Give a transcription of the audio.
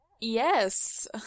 Yes